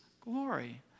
glory